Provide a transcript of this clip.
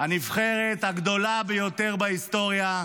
הנבחרת הגדולה ביותר בהיסטוריה -- סימון,